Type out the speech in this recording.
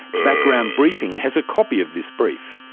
background briefing has a copy of this brief.